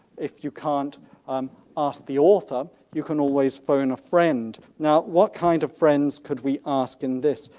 if you can't um ask the author you can always phone a friend. now what kind of friends could we ask in this?